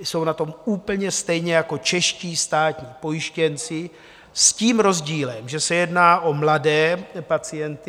Jsou na tom úplně stejně jako čeští státní pojištěnci s tím rozdílem, že se jedná o mladé pacienty.